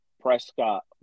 Prescott